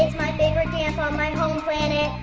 my favorite dance on my home planet.